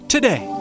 Today